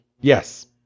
Yes